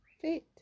fit